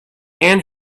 and